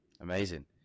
amazing